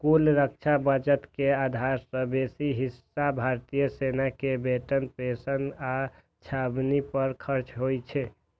कुल रक्षा बजट के आधा सं बेसी हिस्सा भारतीय सेना के वेतन, पेंशन आ छावनी पर खर्च होइ छै